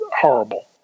horrible